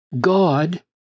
God